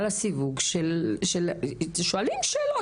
שואלים שאלות.